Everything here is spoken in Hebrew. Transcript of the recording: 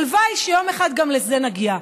הלוואי שיום אחד גם לזה נגיע,